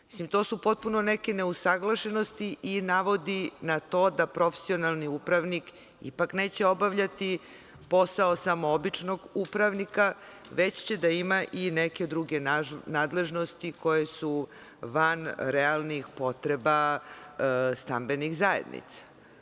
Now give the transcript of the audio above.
Mislim, to su potpuno neke neusaglašenosti koje navode na to da profesionalni upravnik ipak neće obavljati posao samo običnog upravnika, već će da ima i neke druge nadležnosti koje su van realnih potreba stambenih zajednica.